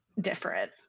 different